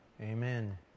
amen